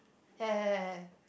have have have have